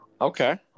Okay